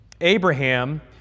Abraham